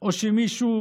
או שמישהו